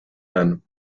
ven